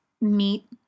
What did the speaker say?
meat